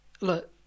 look